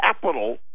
capital